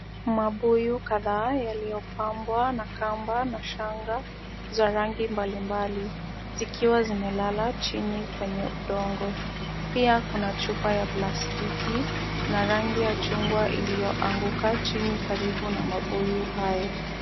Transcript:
Mabuyu kadha yaliyopambwa na kamba na shanga za rangi mbalimbali, zikiwa zimelala chini kwenye udongo, pia kuna chupa ya plastiki na rangi ya chungwa iliyoanguka chini karibu na mabuyu hayo.